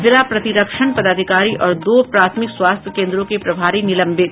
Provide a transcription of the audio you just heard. जिला प्रतिरक्षण पदाधिकारी और दो प्राथमिक स्वास्थ्य केन्द्रों के प्रभारी निलंबित